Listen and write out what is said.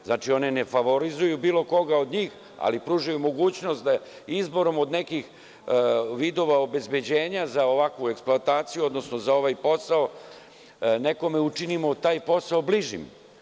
Znači, oni ne favorizuju bilo koga od njih, ali pružaju mogućnost da izborom od nekih vidova obezbeđenja za ovakvu eksploataciju, odnosno za ovaj posao nekome učinimo taj posao bližim.